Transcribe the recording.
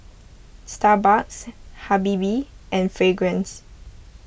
Starbucks Habibie and Fragrance